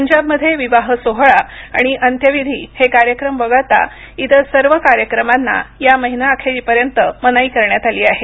पंजाबमध्ये विवाह सोहळा आणि अंत्यविधी हे कार्यक्रम वगळता इतर सर्व कार्यक्रमांना या महिना अखेरीपर्यंत मनाई करण्यात आली आहे